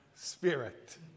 spirit